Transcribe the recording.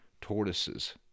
Tortoises